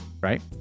right